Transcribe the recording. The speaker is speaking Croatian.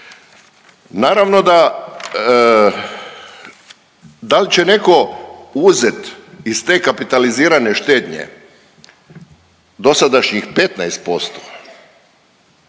Naravno da, da li će netko uzet iz te kapitalizirane štednje dosadašnjih 15%